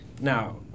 Now